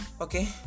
okay